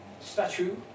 statue